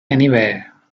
anywhere